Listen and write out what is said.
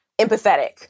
empathetic